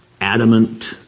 adamant